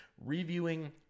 reviewing